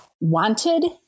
wanted